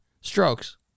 strokes